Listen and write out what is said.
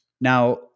Now